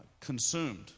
consumed